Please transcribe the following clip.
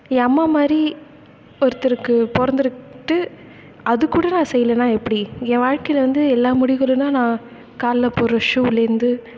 என் அம்மா மாதிரி ஒருத்தருக்கு பிறந்துருட்டு அது கூட நான் செய்யலனா எப்படி என் வாழ்க்கையில் வந்து எல்லா முடிவுகளுனால் நான் காலில் போடுற ஷுலேருந்து